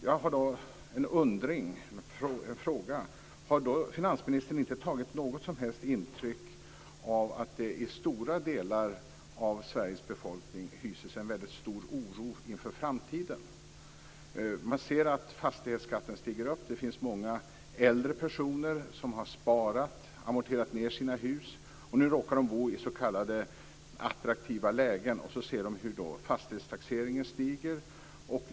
Jag har då en fråga: Har finansministern inte tagit något som helst intryck av att stora delar av Sveriges befolkning hyser en stor oro inför framtiden? Man ser att fastighetsskatten stiger. Det finns många äldre personer som har sparat och amorterat på sina hus. Om de råkar bo i attraktiva lägen ser de nu hur fastighetstaxeringen stiger.